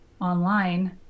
online